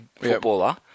footballer